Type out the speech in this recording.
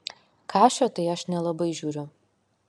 kašio tai aš nelabai žiūriu